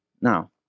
Now